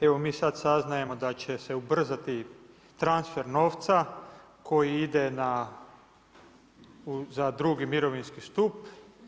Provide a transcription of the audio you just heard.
Evo mi sada saznajemo da će se ubrzati transfer novca koji ide za drugi mirovinski stup.